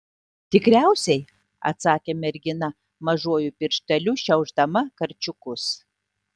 tikriausiai atsakė mergina mažuoju piršteliu šiaušdama karčiukus